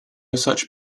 such